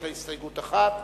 יש לה הסתייגות אחת,